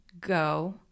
go